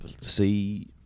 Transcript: see